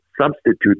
substitute